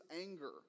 anger